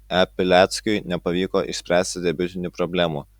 e pileckiui nepavyko išspręsti debiutinių problemų